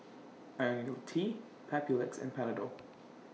Ionil T Papulex and Panadol